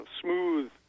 smooth